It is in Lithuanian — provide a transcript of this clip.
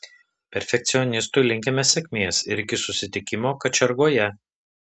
perfekcionistui linkime sėkmės ir iki susitikimo kačiargoje